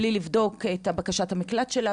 בלי לבדוק את בקשת המקלט שלה,